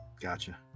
gotcha